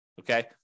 Okay